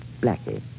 Blackie